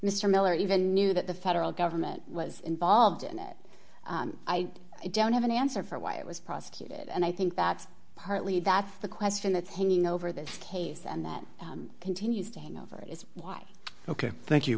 mr miller even knew that the federal government was involved in it i don't have an answer for why it was prosecuted and i think that partly that's the question that's hanging over this case and that continues to hang over it is why